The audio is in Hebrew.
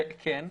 כן.